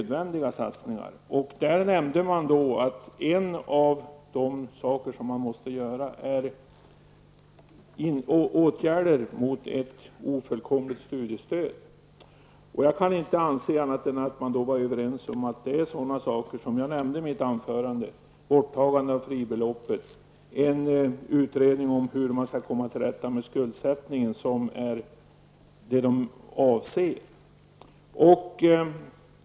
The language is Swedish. Där nämnde man att en av de saker man måste göra är att åtgärda ett ofullkomligt studiestödssystem. Jag kan inte anse att man då var överens om att det är sådana saker som jag nämnde i mitt anförande som borttagande av fribeloppet och en utredning om hur man skall komma till rätta med skuldsättningen som är det de avser.